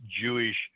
Jewish